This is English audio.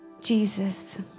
Jesus